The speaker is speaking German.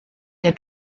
der